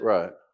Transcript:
Right